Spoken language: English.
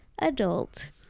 adult